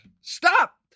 stop